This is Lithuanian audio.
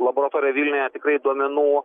laboratoriją vilniuje tikrai duomenų